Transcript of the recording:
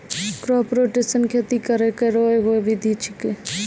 crop rotation खेती करै केरो एगो विधि छिकै